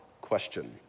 question